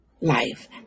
life